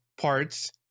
parts